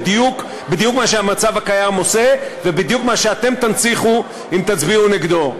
בדיוק מה שהמצב הקיים עושה ובדיוק מה שאתם תנציחו אם תצביעו נגדו.